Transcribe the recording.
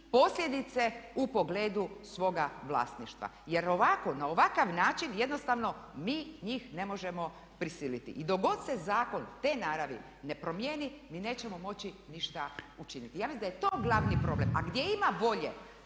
posljedice u pogledu svoga vlasništva jer ovako, na ovakav način jednostavno mi njih ne možemo prisiliti i dok god se zakon te naravi ne promjeni mi nećemo moći ništa učiniti. Ja mislim da je to glavni problem, a gdje ima volje,